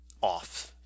off